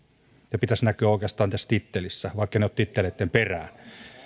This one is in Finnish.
sen pitäisi näkyä oikeastaan tässä tittelissä vaikka en ole titteleitten perään